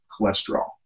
cholesterol